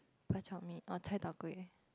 Bak-chor-mee or Chai-tow-kway